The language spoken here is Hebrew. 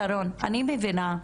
שרון, אני מבינה,